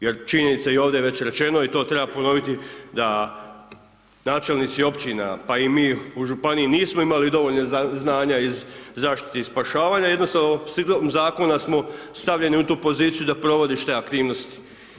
Jer činjenica i ovdje već rečeno i to treba ponovi da načelnici općina pa i mi u županiji nismo imali dovoljno znanja iz zaštite i spašavanja jednostavno silom zakona smo stavljeni u tu poziciju da provodiš te aktivnosti.